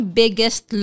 biggest